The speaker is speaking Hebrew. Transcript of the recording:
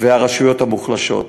והרשויות המוחלשות.